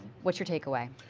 what's your take away?